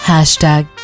Hashtag